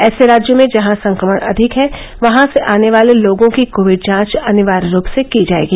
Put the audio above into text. ऐसे राज्यों में जहां संक्रमण अधिक है वहां से आने वाले लोगों की कोविड जांच अनिवार्य रूप से की जाएगी